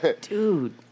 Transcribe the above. Dude